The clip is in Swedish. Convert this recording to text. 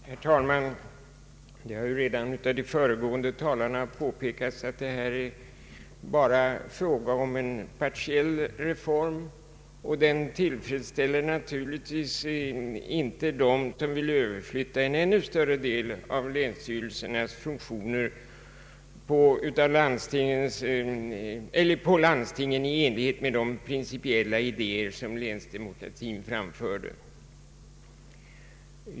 Herr talman! Det har redan av de föregående talarna påpekats att detta bara är en fråga om en partiell reform. Den tillfredsställer naturligtvis inte dem som vill flytta över en ännu större del av länsstyrelsernas funktioner på landstingen i enlighet med de principiella idéer som länsdemokratiutredningen framfört.